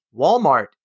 Walmart